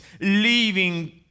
leaving